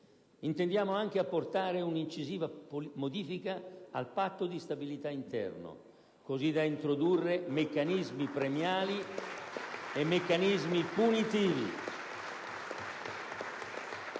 Intendiamo anche apportare un'incisiva modifica al Patto di stabilità interno, così da introdurre meccanismi premiali e meccanismi punitivi